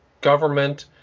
government